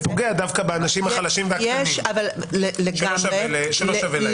זה פוגע דווקא באנשים החלשים והקטנים שלא שווה להם.